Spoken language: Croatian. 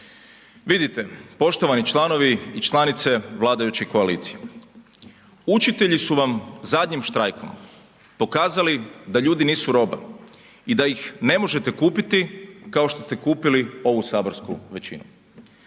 Vidite poštovani članovi i članice vladajuće koalicije, učitelji su vam zadnjim štrajkom pokazali da ljudi nisu roba i da ih ne možete kupiti kao što ste kupili ovu saborsku većinu.